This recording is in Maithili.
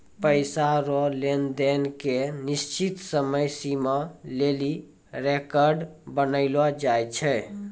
पैसा रो लेन देन के निश्चित समय सीमा लेली रेकर्ड बनैलो जाय छै